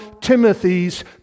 Timothy's